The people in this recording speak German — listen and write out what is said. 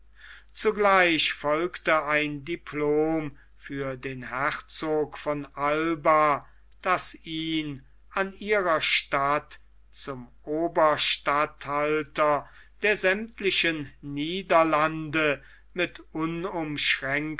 zugleich folgte ein diplom für den herzog von alba das ihn an ihrer statt zum oberstatthalter der sämmtlichen niederlande mit